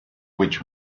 which